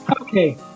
Okay